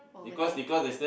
over there